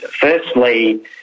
firstly